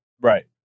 Right